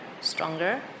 stronger